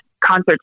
concert